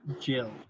Jill